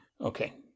Okay